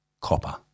copper